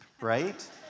right